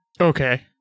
Okay